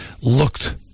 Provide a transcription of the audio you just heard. looked